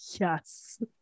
Yes